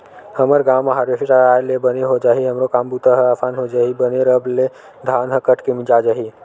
हमर गांव म हारवेस्टर आय ले बने हो जाही हमरो काम बूता ह असान हो जही बने रब ले धान ह कट के मिंजा जाही